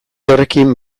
horrekin